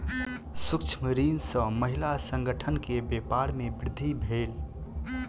सूक्ष्म ऋण सॅ महिला संगठन के व्यापार में वृद्धि भेल